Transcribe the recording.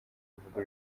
bivuga